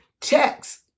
text